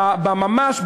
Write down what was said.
ממש,